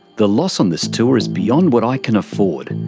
the loss on this tour is beyond what i can afford.